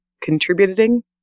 Contributing